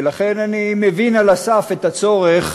ולכן אני מבין על הסף את הצורך